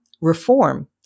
reform